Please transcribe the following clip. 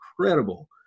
incredible